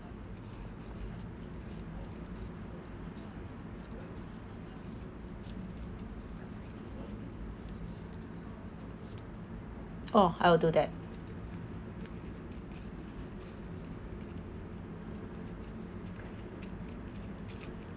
oh I will do that